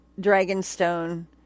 dragonstone